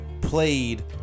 played